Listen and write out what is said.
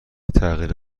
تغییر